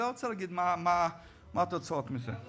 אני לא רוצה להגיד מה התוצאות מזה.